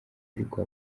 ariko